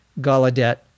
Gallaudet